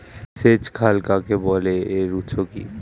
সেচ খাল কাকে বলে এর উৎস কি?